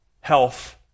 health